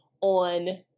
on